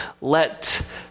let